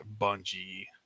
Bungie